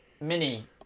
mini